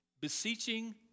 beseeching